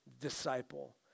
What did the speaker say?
disciple